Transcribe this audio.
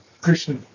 Krishna